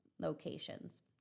locations